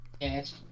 Yes